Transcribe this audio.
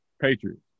Patriots